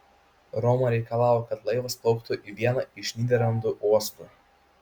roma reikalavo kad laivas plauktų į vieną iš nyderlandų uostų